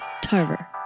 Tarver